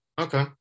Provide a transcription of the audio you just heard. okay